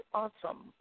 awesome